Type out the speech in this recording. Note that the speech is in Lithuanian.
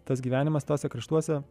tas gyvenimas tuose kraštuose